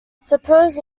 suppose